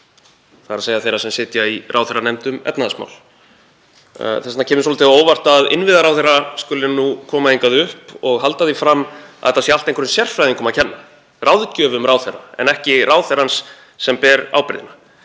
þ.e. þeirra sem sitja í ráðherranefnd um efnahagsmál. Þess vegna kemur svolítið á óvart að innviðaráðherra skuli nú koma hingað upp og halda því fram að þetta sé allt einhverjum sérfræðingum að kenna, ráðgjöfum ráðherra en ekki ráðherranum sem ber ábyrgðina.